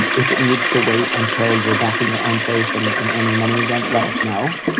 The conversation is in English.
and if it needs to wait until you're back in your own place and and earning money again. let us know.